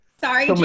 Sorry